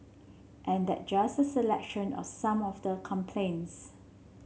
and that's just a selection of some of the complaints